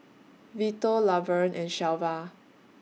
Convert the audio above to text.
Vito Laverne and Shelva